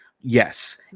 yes